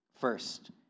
First